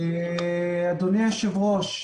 אדוני היושב ראש,